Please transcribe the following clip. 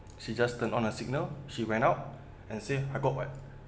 she just turn on her signal she went out and say I got [what]